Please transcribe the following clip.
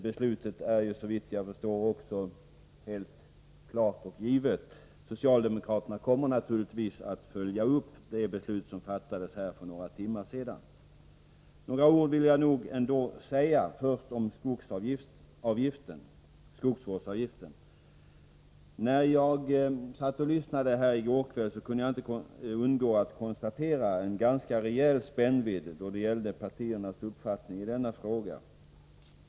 Beslutet är, såvitt jag förstår, också helt givet. Socialdemokraterna kommer naturligtvis att följa upp det beslut som fattades här för några timmar sedan. Några ord vill jag nog ändå säga, först om skogsvårdsavgiften. När jag i går kväll satt här och lyssnade kunde jag konstatera en ganska rejäl spännvidd då det gäller partiernas uppfattning i denna fråga.